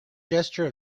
gesture